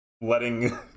letting